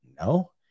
No